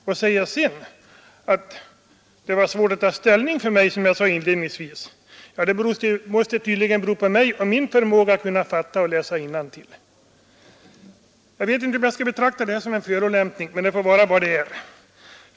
Han sade sedan att det var svårt för mig att ta ställning — det måste tydligen bero på mig och min förmåga att kunna fatta och läsa innantill. Jag vet inte om jag skall betrakta detta som en förolämpning, men det får vara vad det är.